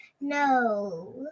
no